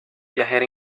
viajero